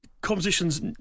Compositions